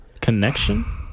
connection